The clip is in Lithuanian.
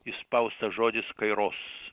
įspaustas žodis kairos